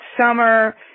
summer